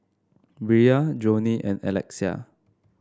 Bria Johney and Alexia